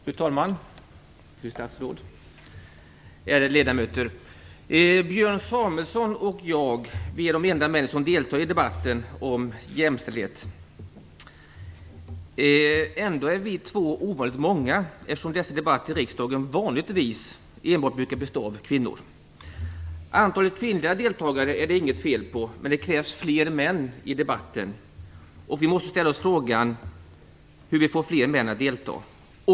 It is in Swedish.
Fru talman! Fru statsråd! Ärade ledamöter! Björn Samuelson jag är de enda män som deltar i debatten om jämställdhet. Ändå är vi två ovanligt många eftersom dessa debatter i riksdagen vanligtvis enbart brukar föras av kvinnor. Det är inget fel på antalet kvinnliga deltagare, men det krävs fler män i debatten. Vi måste ställa oss frågan hur vi får fler män att delta.